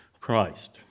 Christ